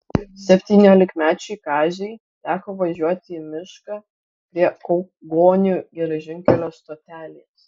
septyniolikmečiui kaziui teko važiuoti į mišką prie kaugonių geležinkelio stotelės